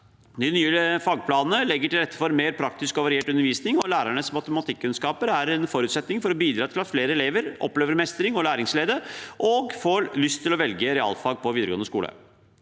De nye fagplanene legger til rette for mer praktisk og variert undervisning, og lærerens matematikkunnskaper er en forutsetning for å bidra til at flere elever opplever mestring og læringsglede, og får lyst til å velge realfag på videregående skole.